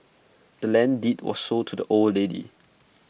the land's deed was sold to the old lady